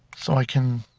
so i can,